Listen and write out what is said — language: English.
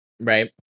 Right